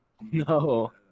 no